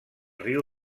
riu